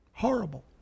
horrible